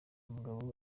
umugabo